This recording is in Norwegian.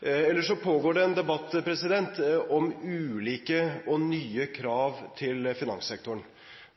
Ellers pågår det en debatt om ulike og nye krav til finanssektoren,